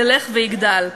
ילך ויגדל.